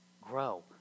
Grow